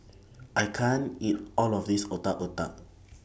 I can't eat All of This Otak Otak